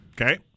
Okay